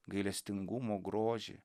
gailestingumo grožį